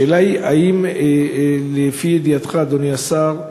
השאלה היא, האם לפי ידיעתך, אדוני השר,